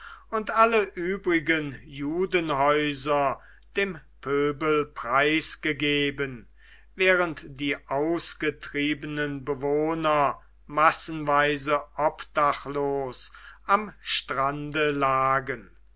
und alle übrigen judenhäuser dem pöbel preisgegeben während die ausgetriebenen bewohner massenweise obdachlos am strande lagen